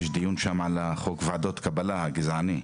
יש דיון שם על חוק ועדות קבלה הגזעני.